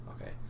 Okay